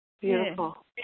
Beautiful